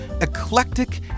eclectic